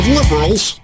liberals